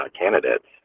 candidates